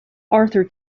arthur